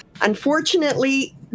Unfortunately